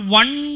one